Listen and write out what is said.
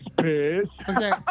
okay